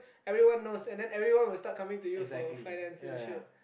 everyone knows and then everyone will start coming to you for financial shit